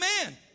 amen